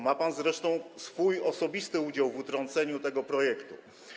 Ma pan zresztą swój osobisty udział w utrąceniu tego projektu.